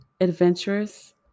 adventurous